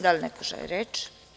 Da li neko želi reč?